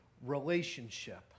relationship